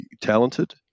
talented